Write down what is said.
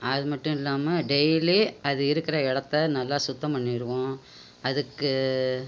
அது மட்டும் இல்லாமல் டெய்லி அது இருக்கிற இடத்த நல்லா சுத்தம் பண்ணிவிடுவோம் அதுக்கு